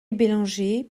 bellanger